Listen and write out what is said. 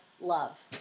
love